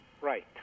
Right